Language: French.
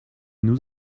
nous